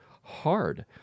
hard